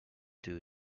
due